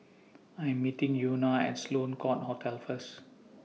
I Am meeting Euna At Sloane Court Hotel First